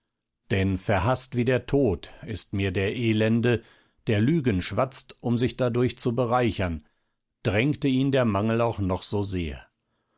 denn verhaßt wie der tod ist mir der elende der lügen schwatzt um sich dadurch zu bereichern drängte ihn der mangel auch noch so sehr